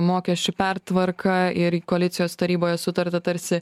mokesčių pertvarka ir koalicijos taryboje sutarta tarsi